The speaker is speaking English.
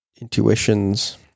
intuitions